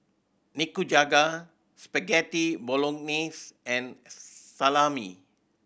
Nikujaga Spaghetti Bolognese and Salami